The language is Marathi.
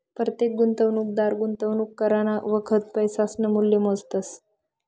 परतेक गुंतवणूकदार गुंतवणूक करानं वखत पैसासनं मूल्य मोजतस